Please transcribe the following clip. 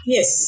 Yes